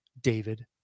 David